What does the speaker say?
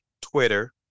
Twitter